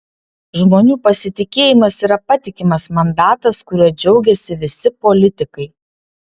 žmonių pasitikėjimas yra patikimas mandatas kuriuo džiaugiasi visi politikai